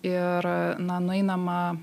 ir na nueinama